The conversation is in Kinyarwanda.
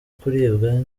kuribwa